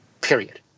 Period